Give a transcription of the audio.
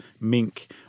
mink